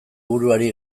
buruari